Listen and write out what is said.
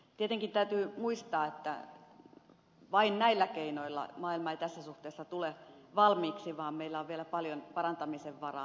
tietenkin täytyy muistaa että vain näillä keinoilla maailma ei tässä suhteessa tule valmiiksi vaan meillä on vielä paljon parantamisen varaa